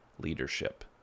leadership